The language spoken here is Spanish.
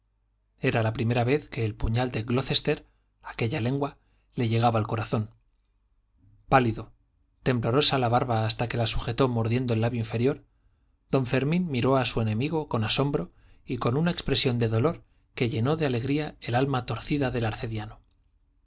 era la primera vez que el puñal de glocester aquella lengua le llegaba al corazón pálido temblorosa la barba hasta que la sujetó mordiendo el labio inferior don fermín miró a su enemigo con asombro y con una expresión de dolor que llenó de alegría el alma torcida del arcediano